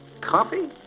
Coffee